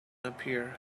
appear